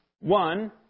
One